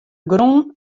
grûn